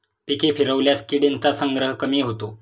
पिके फिरवल्यास किडींचा संग्रह कमी होतो